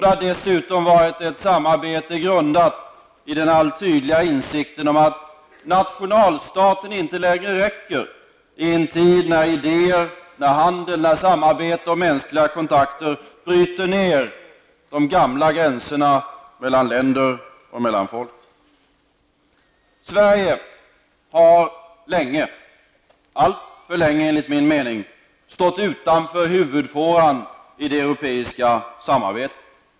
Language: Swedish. Det har dessutom varit ett samarbete grundat i den allt tydligare insikten att nationalstaten inte längre räcker i en tid när idéer, handel, samarbete och mänskliga kontakter bryter ner de gamla gränserna mellan länder och folk. Sverige har länge -- alltför länge enligt min mening -- stått utanför huvudfåran i det europeiska samarbetet.